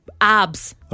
abs